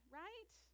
right